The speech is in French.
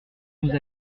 nous